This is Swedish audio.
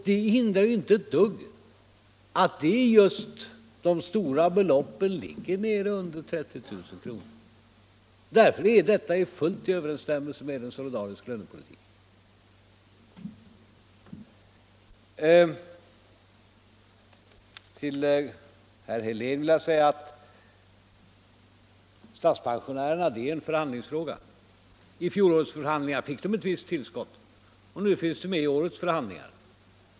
Det hindrar inte alls att de stora beloppen ligger under 30 000. Därför är detta fullt i överensstämmelse med en solidarisk lönepolitik. Till herr Helén vill jag säga att frågan om statspensionärerna är en förhandlingsfråga. I fjolårets förhandlingar fick de ett visst tillskott och nu finns de med i årets förhandlingar.